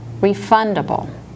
refundable